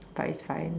but it's fine